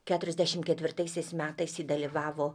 keturiasdešimt ketvirtaisiais metais ji dalyvavo